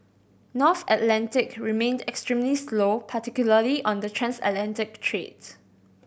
North Atlantic remained extremely slow particularly on the transatlantic trades